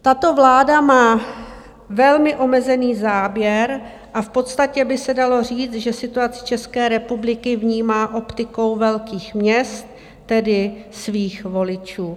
Tato vláda má velmi omezený záběr a v podstatě by se dalo říct, že situaci České republiky vnímá optikou velkých měst, tedy svých voličů.